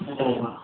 ம் சரிம்மா